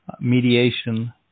mediation